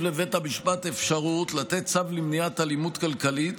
לבית המשפט אפשרות לתת צו למניעת אלימות כלכלית